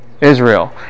Israel